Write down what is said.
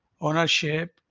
ownership